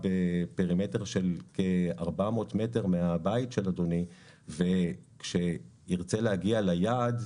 בפרימטר של כ-400 מטרים מהבית של אדוני וכשירצה להגיע ליעד,